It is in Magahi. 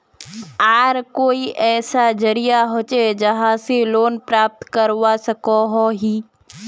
आर कोई ऐसा जरिया होचे जहा से लोन प्राप्त करवा सकोहो ही?